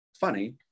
funny